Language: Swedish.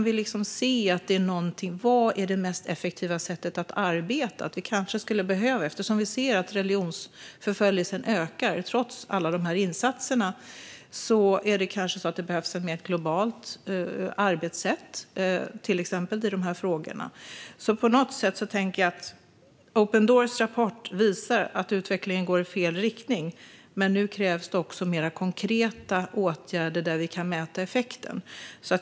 Vilket är det mest effektiva sättet att arbeta på? Eftersom religionsförföljelsen ökar trots alla insatser behövs det kanske ett mer globalt arbetssätt i dessa frågor. Open Doors rapport visar att utvecklingen går i fel riktning, och nu krävs det mer konkreta åtgärder där vi kan mäta effekten.